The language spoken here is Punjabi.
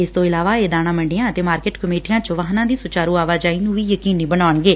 ਇਸ ਤੋਂ ਇਲਾਵਾ ਇਹ ਦਾਣਾ ਮੰਡੀਆਂ ਅਤੇ ਮਾਰਕਿਟ ਕਮੇਟੀਆਂ ਚ ਵਾਹਨਾਂ ਦੀ ਸੁਚਾਰੁ ਆਵਾਜਾਈ ਨੂੰ ਵੀ ਯਕੀਨੀ ਬਣਾਉਣਗੇ